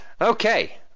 Okay